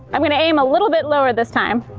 i'm gonna aim a little bit lower this time.